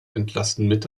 entlassen